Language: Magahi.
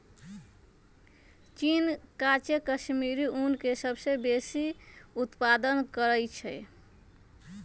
चीन काचे कश्मीरी ऊन के सबसे बेशी उत्पादन करइ छै